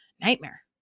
nightmare